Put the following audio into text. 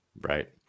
Right